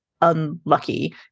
unlucky